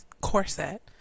Corset